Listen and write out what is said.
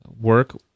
work